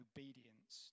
Obedience